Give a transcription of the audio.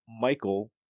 Michael